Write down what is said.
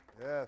yes